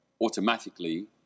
automatically